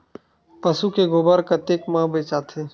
पशु के गोबर कतेक म बेचाथे?